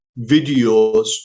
videos